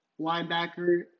linebacker